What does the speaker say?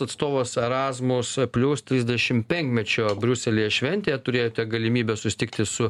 atstovas erasmus plius trisdešim penkmečio briuselyje šventėje turėjote galimybę susitikti su